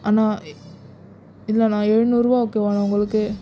அண்ணா இல்லை அண்ணா எழுநூறு ரூபா ஓகேவா உங்களுக்கு